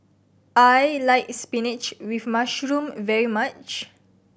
I like spinach with mushroom very much